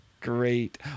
Great